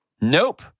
Nope